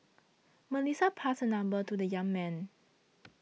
Melissa passed her number to the young man